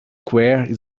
queer